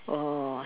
oh